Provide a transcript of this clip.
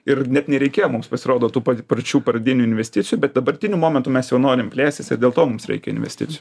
ir net nereikėjo mums pasirodo tų pa parčių pradinių investicijų bet dabartiniu momentu mes jau norim plėstis ir dėl to mums reikia investicijų